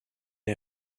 est